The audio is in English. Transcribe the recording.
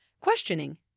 Questioning